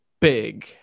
big